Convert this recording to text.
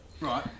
Right